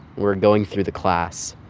we're going through the class.